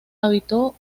habitó